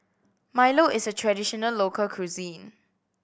milo is a traditional local cuisine